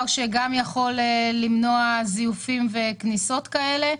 שיכול למנוע זיופים וכניסות בלתי-חוקיות.